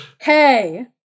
hey